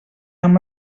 amb